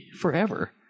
forever